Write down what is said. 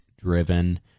driven